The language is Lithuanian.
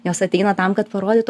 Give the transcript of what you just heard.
jos ateina tam kad parodytų